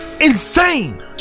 insane